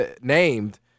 named